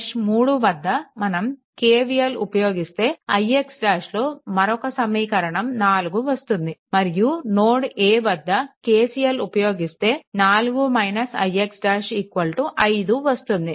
mesh 3 వద్ద మనం KVL ఉపయోగిస్తే ix 'లో మరొక సమీకరణం 4 వస్తుంది మరియు నోడ్ A వద్ద KCL ఉపయోగిస్తే 4 ix ' 5 వస్తుంది